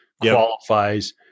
qualifies